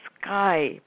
sky